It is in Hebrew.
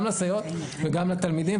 גם לסייעות וגם לתלמידים.